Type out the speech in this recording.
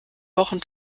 wochen